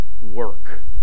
work